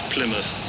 Plymouth